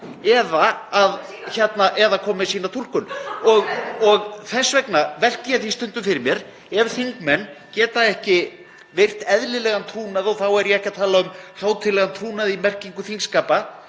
eða koma með sína túlkun. Þess vegna velti ég því stundum fyrir mér ef þingmenn (Forseti hringir.) geta ekki virt eðlilegan trúnað — þá er ég ekki að tala um hátíðlegan trúnað í merkingu þingskapa